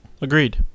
Agreed